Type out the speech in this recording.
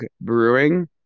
brewing